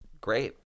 Great